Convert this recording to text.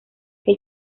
que